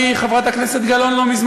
אני, איך שאלה אותי חברת הכנסת גלאון לא מזמן?